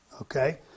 okay